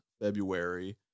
February